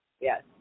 Yes